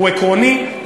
הוא עקרוני,